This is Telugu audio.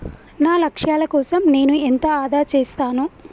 నా లక్ష్యాల కోసం నేను ఎంత ఆదా చేస్తాను?